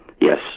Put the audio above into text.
yes